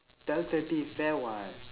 twelve thirty fair [what]